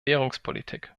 währungspolitik